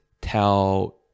tell